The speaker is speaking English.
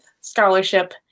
scholarship